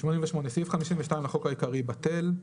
סעיף 52 לחוק העיקרי, בטל."